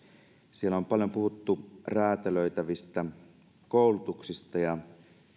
siellä on paljon puhuttu räätälöitävistä koulutuksista ja